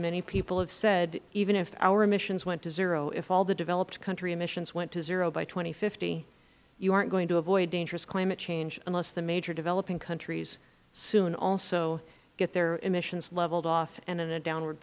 many people have said even if our emissions went to zero if all the developed country emissions went to zero by two thousand and fifty you aren't going to avoid dangerous climate change unless the major developing countries soon also get their emissions leveled off and in a downward